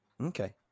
okay